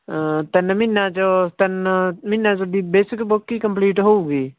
ਤਿੰਨ ਮਹੀਨਿਆਂ 'ਚ ਤਿੰਨ ਮਹੀਨਿਆਂ 'ਚ ਵੀ ਬੇਸਿਕ ਬੁੱਕ ਹੀ ਕੰਪਲੀਟ ਹੋਊਗੀ